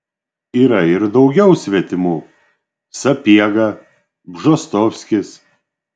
yra ir daugiau svetimų sapiega bžostovskis